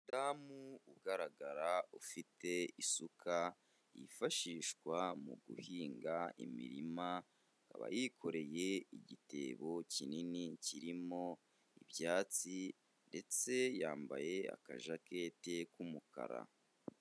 Umudamu ugaragara ufite isuka yifashishwa mu guhinga imirima, akaba yikoreye igitebo kinini kirimo ibyatsi ndetse yambaye akajakete k'umukara.